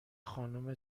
خانم